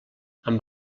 amb